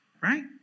Right